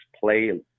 play